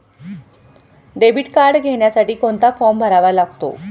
Debit card घेण्यासाठी कोणता form भरावा लागतो?